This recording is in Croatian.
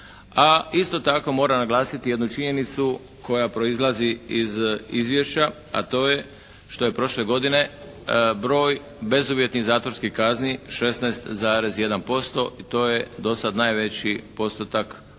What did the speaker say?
isto tako moram naglasiti jednu činjenicu koja proizlazi iz izvješća, a to je što je prošle godine broj bezuvjetnih zatvorskih kazni 16,1% i to je dosad najveći postotak otkad